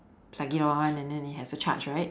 plug it on and then it has to charge right